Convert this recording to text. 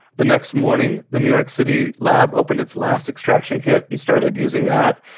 the next morning, the new york city lab opened its last extraction kit and started using that.